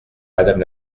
madame